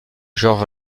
georges